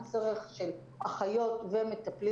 של אחיות ומטפלים